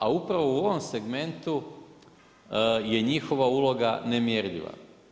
A upravo u ovom segmentu je njihova uloga nemjerljiva.